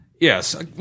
Yes